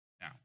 Now